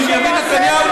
בנימין נתניהו,